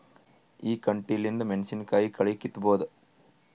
ಈ ಕಂಟಿಲಿಂದ ಮೆಣಸಿನಕಾಯಿ ಕಳಿ ಕಿತ್ತಬೋದ?